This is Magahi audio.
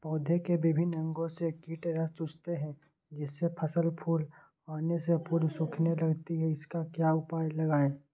पौधे के विभिन्न अंगों से कीट रस चूसते हैं जिससे फसल फूल आने के पूर्व सूखने लगती है इसका क्या उपाय लगाएं?